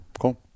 Cool